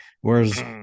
Whereas